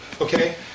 okay